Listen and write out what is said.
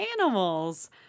animals